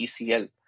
ECL